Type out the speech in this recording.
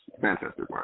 fantastic